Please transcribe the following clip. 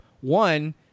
One